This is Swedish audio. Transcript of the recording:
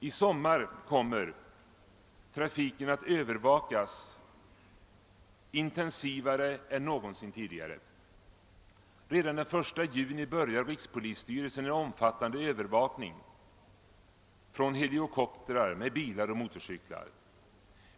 I sommar kommer trafiken att övervakas intensivare än någonsin tidigare. Redan den 1 juni börjar rikspolisstyrelsen en omfattande övervakning från helikoptrar, bilar och motorcyklar.